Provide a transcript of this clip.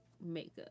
makeup